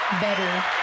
better